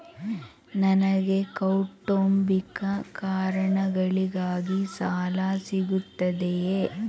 ನನಗೆ ಕೌಟುಂಬಿಕ ಕಾರಣಗಳಿಗಾಗಿ ಸಾಲ ಸಿಗುತ್ತದೆಯೇ?